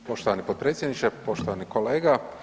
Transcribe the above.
Poštovani potpredsjedniče, poštovani kolega.